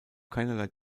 keinerlei